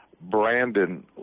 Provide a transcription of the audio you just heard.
Brandon